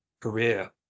career